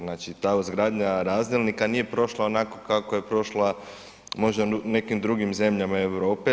Znači ta ugradnja razdjelnika nije prošla onako kako je prošla možda u nekim drugim zemljama Europe.